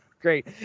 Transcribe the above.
Great